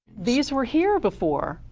these were here before,